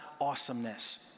awesomeness